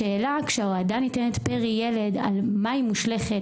השאלה: כשההועדה ניתנת פר ילד - על מה היא מושלכת,